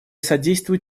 содействует